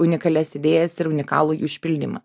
unikalias idėjas ir unikalų jų išpildymą